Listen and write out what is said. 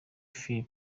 phil